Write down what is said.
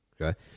okay